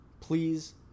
please